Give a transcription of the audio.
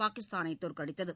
பாகிஸ்தானை தோற்கடித்தது